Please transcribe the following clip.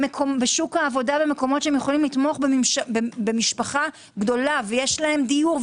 בשוק העבודה במקומות שהם יכולים לתמוך במשפחה גדולה ויש להם דיור,